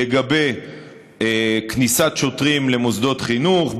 על כניסת שוטרים למוסדות חינוך,